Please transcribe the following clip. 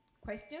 question